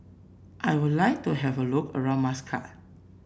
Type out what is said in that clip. I would like to have a look around Muscat